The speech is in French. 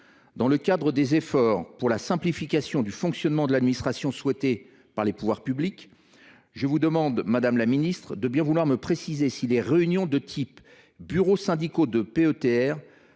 Dans le cadre de la simplification du fonctionnement de l’administration souhaitée par les pouvoirs publics, je vous demande de bien vouloir me préciser si les réunions de type bureaux syndicaux de PETR